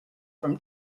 from